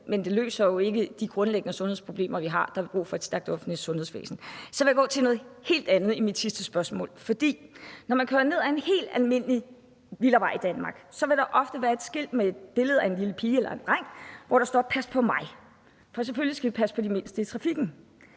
men at det jo ikke løser de grundlæggende sundhedsproblemer, vi har. Der har vi brug for et stærkt offentligt sundhedsvæsen. Så vil jeg gå over til noget helt andet i mit sidste spørgsmål. Når man kører ned ad en helt almindelig villavej Danmark, vil der ofte være et skilt med et billede af en lille pige eller dreng, hvor der står »Pas på mig!«, for selvfølgelig skal vi passe på de mindste i trafikken.